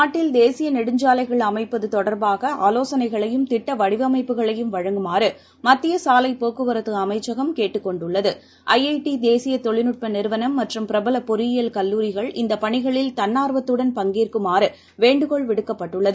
நாட்டில் தேசியநெடுஞ்சாலைகள் அமைப்பதுதொடர்பாகஆலோசனைகளையும் திட்டவடிவமைப்புகளையும் வழங்குமாறுமத்தியசாலைப் போக்குவரத்துஅமைச்சகம் கேட்டுக் கொண்டுள்ளது ஜஜட் தேசியதொழில்நட்பநிறுவனம் மற்றம் பிரபலபொறியியல் கல்லூரிகள் இந்தப் பணிகளில் தன்னார்வத்துடன் பங்கேற்குமாறுவேண்டுகோள் விடுக்கப்பட்டுள்ளது